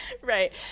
Right